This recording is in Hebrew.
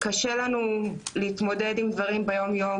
קשה לנו להתמודד עם דברים ביום-יום